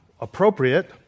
appropriate